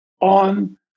on